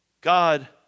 God